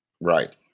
right